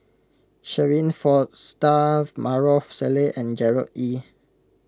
Shirin Fozdar Maarof Salleh and Gerard Ee